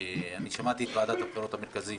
שמעתי את ועדת הבחירות המרכזית.